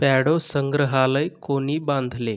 पॅडो संग्रहालय कोणी बांधले